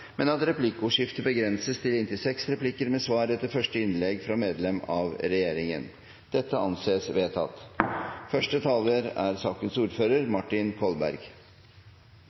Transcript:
men at replikkordskiftet begrenses til inntil seks replikker med svar etter første innlegg fra medlem av regjeringen. – Det anses vedtatt.